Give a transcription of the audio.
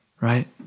right